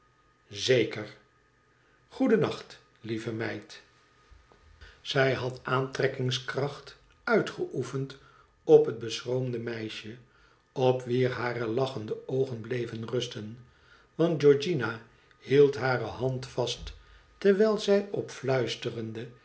zeker goedennacht lieve meid zij had aantrekkingskracht uitgeoefend op het beschroomde meisje op wie hare lachende oogen bleven rusten want georgiana hield hare hand vast terwijl zij op fiuisterenden